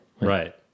Right